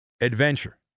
adventure